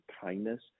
kindness